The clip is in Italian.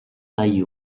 dagli